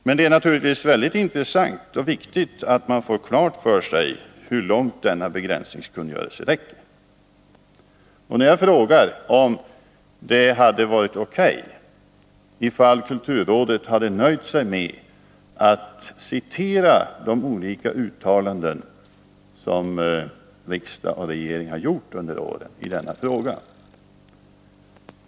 Men det är naturligtvis mycket intressant och viktigt att man får klart för sig hur långt denna begränsningskungörelse räcker. Och jag frågar därför om det hade varit O.K. om kulturrådet hade nöjt sig med att citera de olika uttalanden som riksdag och regering har gjort under åren i den här frågan.